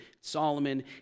Solomon